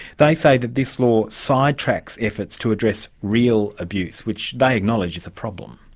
they say that this law sidetracks efforts to address real abuse, which they acknowledge is a problem.